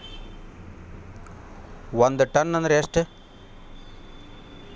ಒಂದ್ ಟನ್ ಅಂದ್ರ ಎಷ್ಟ?